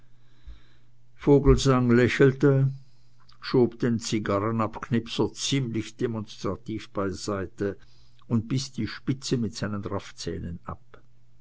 vogelsang lächelte schob den zigarrenabknipser ziemlich demonstrativ beiseite und biß die spitze mit seinen raffzähnen ab